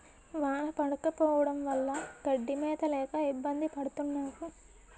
వాన పడకపోవడం వల్ల గడ్డి మేత లేక ఇబ్బంది పడతన్నావు